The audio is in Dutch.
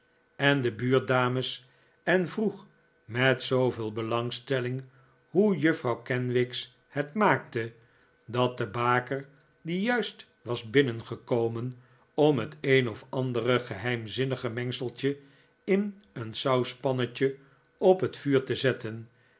en de buurdames en vroeg met zooveel belangstelling hoe juffrouw kenwigs het maakte dat de baker die juist was binnengekomen om het een of andere geheimzinnig mengseltje in een sauspannetje op het vuur te zetten